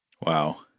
Wow